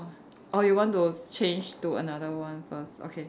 or you want to change to another one first okay